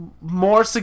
more